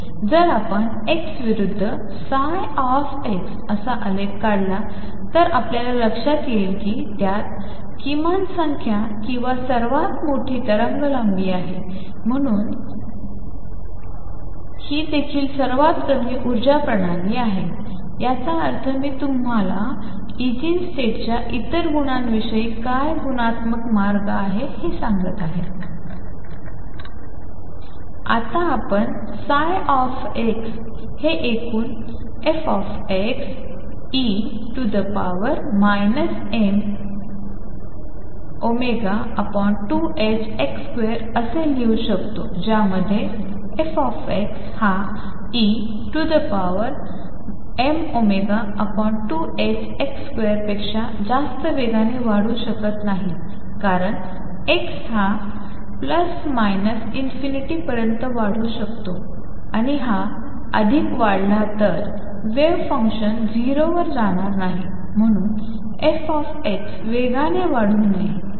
जर आपण x विरुद्ध ψ असा आलेख काढला तर आपल्या लक्षात येईल की त्यात किमान संख्या किंवा सर्वात मोठी तरंगलांबी आहे आणि म्हणूनच ही खरोखर सर्वात कमी उर्जा प्रणाली आहे याचा अर्थ मी तुम्हाला ईगीन स्टेटच्या इतर गुणांविषयी काय गुणात्मक मार्ग आहे हे सांगत आहे आता आपण ψ हे एकूणfe mω2ℏx2 असे लिहू शकतो ज्यामध्ये f x हाemω2ℏx2 पेक्षा जास्त वेगाने वाढू शकत नाही कारण x हा ±∞ पर्यंत वाढू शकतो आणि हा अधिक वाढला तर वेव्ह फंक्शन 0 वर जाणार नाही म्हणून f x वेगाने वाढू नये